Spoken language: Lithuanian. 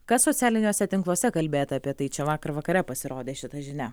kas socialiniuose tinkluose kalbėta apie tai čia vakar vakare pasirodė šita žinia